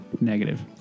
negative